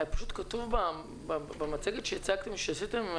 כתוב במצגת שעשיתם: